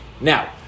Now